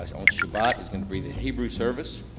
ah on shabbat is gonna be the hebrew service,